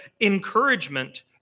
encouragement